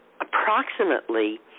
approximately